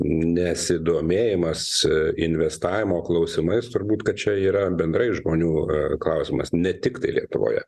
nesidomėjimas investavimo klausimais turbūt kad čia yra bendrai žmonių klausimas ne tiktai lietuvoje